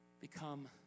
become